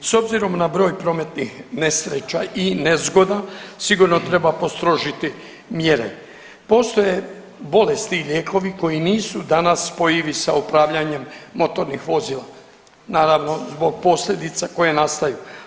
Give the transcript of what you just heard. S obzirom na broj prometnih nesreća i nezgoda sigurno treba postrožiti mjere. postoje bolesti i lijekovi koji nisu danas po … sa upravljanjem motornih vozila, naravno zbog posljedica koje nastaju.